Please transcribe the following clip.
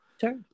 Sure